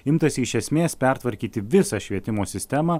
imtasi iš esmės pertvarkyti visą švietimo sistemą